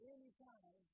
Anytime